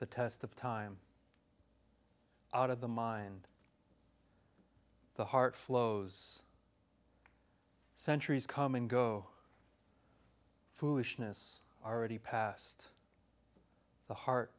the test of time out of the mind the heart flows centuries come and go foolishness already past the heart